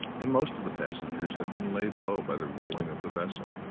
and most of the passengers had been laid low by the rolling of the vessel.